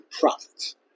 profits